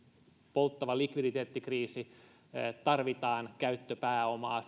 polttava likviditeettikriisi ja tarvitaan käyttöpääomaa